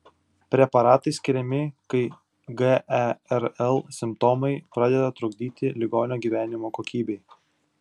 preparatai skiriami kai gerl simptomai pradeda trukdyti ligonio gyvenimo kokybei